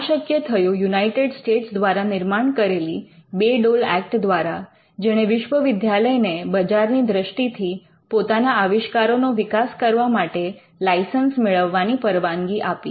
આ શક્ય થયું યુનાઇટેડ સ્ટેટ્સ દ્વારા નિર્માણ કરેલી બે ડોલ ઍક્ટ દ્વારા જેણે વિશ્વવિદ્યાલયને બજારની દૃષ્ટિથી પોતાના આવિષ્કારોનો વિકાસ કરવા માટે લાઇસન્સ મેળવવાની પરવાનગી આપી